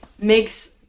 makes